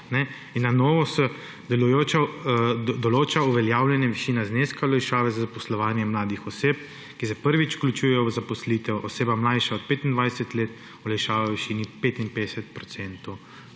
in na novo se določa uveljavljanje višine zneska olajšave za zaposlovanje mladih oseb, ki se prvič vključujejo v zaposlitev, oseb mlajših od 25 let, olajšave v višini 55